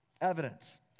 Evidence